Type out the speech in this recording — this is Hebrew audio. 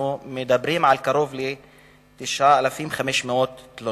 אנחנו מדברים על קרוב ל-9,500 תלונות.